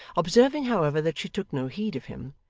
observing, however, that she took no heed of him,